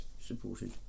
supported